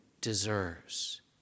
deserves